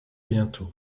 bientôt